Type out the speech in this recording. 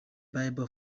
bible